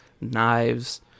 knives